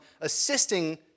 assisting